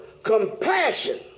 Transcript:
Compassion